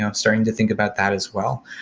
ah starting to think about that as well.